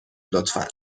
لطفا